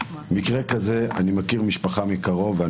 אני מכיר משפחה מקרוב עם מקרה כזה,